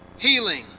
healing